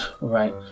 Right